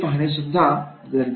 हे पाहणे गरजेचे असते